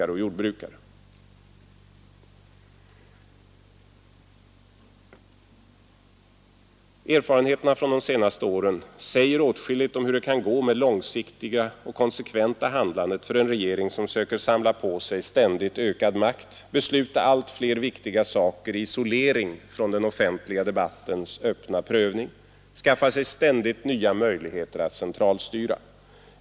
Erfarenheterna från de senaste åren säger åtskilligt om hur det kan gå med det långsiktiga och konsekventa handlandet för en regering som söker samla på sig ständigt ökad makt, besluta allt fler viktiga saker i isolering från den offentliga debattens öppna prövning, skaffa sig ständigt nya möjligheter att centralstyra.